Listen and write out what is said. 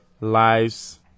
lives